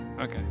okay